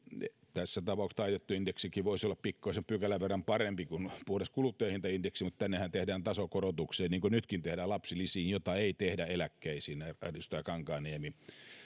tässä tapauksessa taitettu indeksikin voisi olla pikkuisen pykälän verran parempi kuin puhdas kuluttajahintaindeksi mutta lapsilisiinhän tehdään tasokorotuksia niin kuin nytkin tehdään joita ei tehdä eläkkeisiin edustaja kankaanniemi